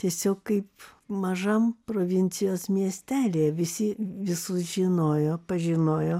tiesiog kaip mažam provincijos miestelyje visi visus žinojo pažinojo